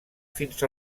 fins